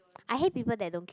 I hate people that don't queue